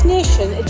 Nation